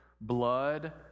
blood